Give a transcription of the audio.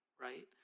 right